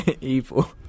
evil